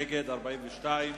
נגד, 42,